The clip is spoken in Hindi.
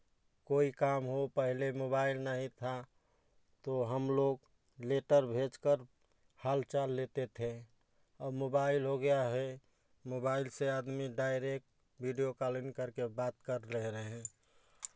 कोई काम हो पहले मोबाइल नहीं था तो हम लोग लेटर भेज कर हाल चाल लेते थे अब मोबाइल हो गया है मोबाइल से आदमी डायरेक्ट वीडियो कॉलिंग करके बात कर ले रहे हैं